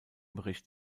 bericht